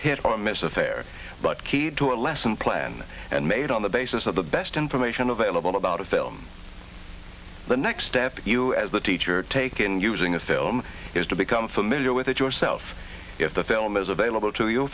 hit or miss affair but key to a lesson plan and made on the basis of the best information available about a film the next step you as the teacher take in using a film is to become familiar with it yourself if the film is available to you